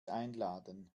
einladen